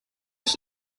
ich